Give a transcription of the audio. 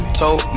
told